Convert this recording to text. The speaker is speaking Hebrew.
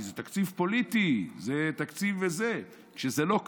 כי: זה תקציב פוליטי, זה תקציב זה, כשזה לא כך,